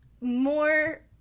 more